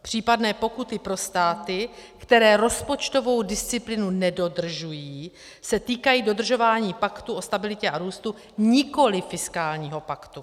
Případné pokuty pro státy, které rozpočtovou disciplínu nedodržují, se týkají dodržování Paktu o stabilitě a růstu, nikoli fiskálního paktu.